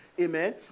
Amen